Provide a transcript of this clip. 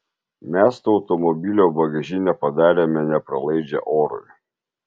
mes to automobilio bagažinę padarėme nepralaidžią orui